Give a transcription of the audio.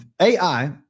AI